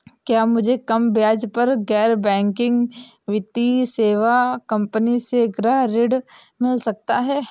क्या मुझे कम ब्याज दर पर गैर बैंकिंग वित्तीय सेवा कंपनी से गृह ऋण मिल सकता है?